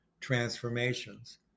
transformations